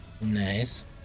Nice